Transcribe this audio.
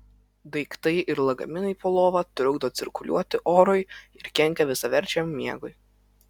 daiktai ir lagaminai po lova trukdo cirkuliuoti orui ir kenkia visaverčiam miegui